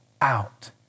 out